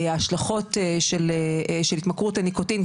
ההשלכות של התמכרות לניקוטין,